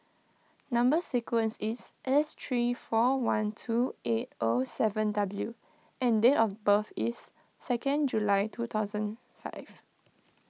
Number Sequence is S three four one two eight O seven W and date of birth is second July two thousand five